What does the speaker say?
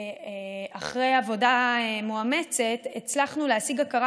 אחרי עבודה מאומצת הצלחנו להשיג הכרה